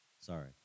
Sorry